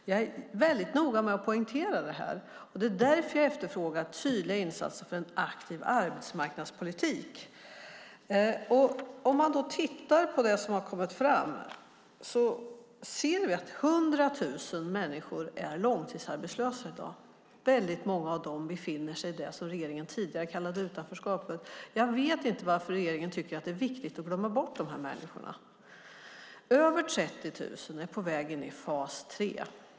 Jag är väldigt noga med att poängtera detta, och det är därför jag efterfrågar tydliga insatser för en aktiv arbetsmarknadspolitik. Låt oss titta på det som har kommit fram. 100 000 människor är långtidsarbetslösa i dag, väldigt många av dem befinner sig i det som regeringen tidigare kallade utanförskapet. Jag vet inte varför regeringen tycker att det är viktigt att glömma bort de här människorna. Över 30 000 är på väg in i fas 3.